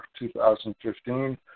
2015